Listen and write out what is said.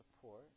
support